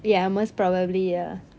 ya most probably uh